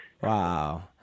Wow